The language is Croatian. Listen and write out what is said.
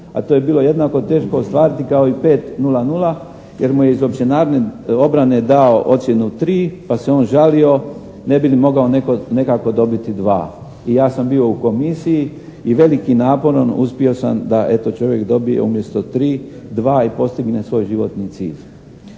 a to je bilo jednako teško ostvariti kao i 5.00 jer mu je iz općenarodne obrane dao ocjenu 3 pa se on žalio ne bi li mogao nekako dobiti 2. I ja sam bio u komisiji i velikim naporom uspio sam da eto čovjek dobije umjesto 3 dva i postigne svoj životni cilj.